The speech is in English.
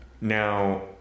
Now